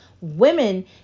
Women